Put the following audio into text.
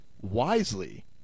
wisely